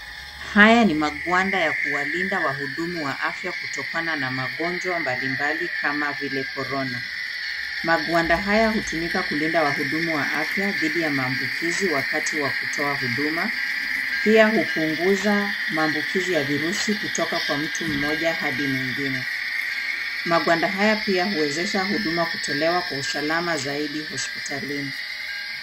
Haya ni magwanda ya kuwalinda wahudumu wa afya kutokana na magonjwa mbalimbali kama vile [korona]. Magwanda haya hutumika kulinda wahudumu wa afya dhidi ya maambukizi wakati wa kutoa huduma. Pia hupunguza maambukizi ya virusi kutoka kwa mtu mmoja hadi mwingine. Magwanda haya pia huwezesha huduma kutolewa kwa usalama zaidi hospitalini.